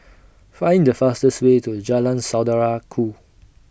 Find The fastest Way to Jalan Saudara Ku